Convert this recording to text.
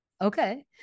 okay